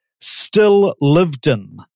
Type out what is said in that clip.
still-lived-in